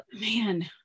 man